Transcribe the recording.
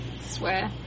swear